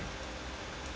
oh god